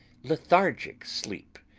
lethargic sleep,